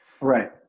Right